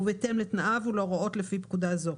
ובהתאם לתנאיו ולהוראות לפי פקודה זו.